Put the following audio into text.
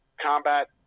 combat